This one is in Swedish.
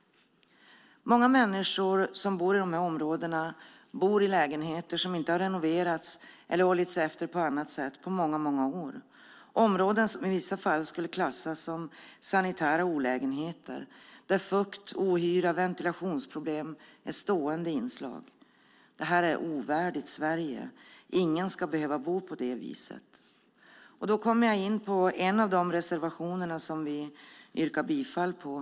Många människor som bor i de områdena bor i lägenheter som inte har renoverats eller hållits efter på annat sätt på många år, områden som i vissa fall skulle klassas som sanitära olägenheter, där fukt, ohyra och ventilationsproblem är stående inslag. Det här är ovärdigt Sverige. Ingen ska behöva bo på det viset. Då kommer jag in på en av de reservationer som vi yrkar bifall till.